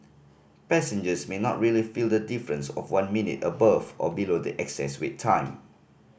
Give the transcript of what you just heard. passengers may not really feel the difference of one minute above or below the excess wait time